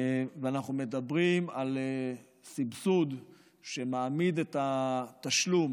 ואנחנו מדברים על סבסוד שמעמיד את התשלום